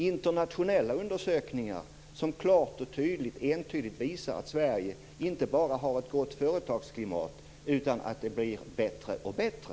Internationella undersökningar visar klart och entydigt att Sverige inte bara har ett gott företagsklimat, utan det blir t.o.m. bättre och bättre.